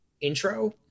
intro